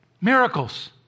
miracles